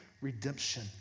redemption